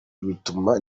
bituma